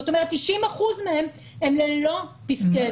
זאת אומרת, 90% מהם הם ללא פסקי דין.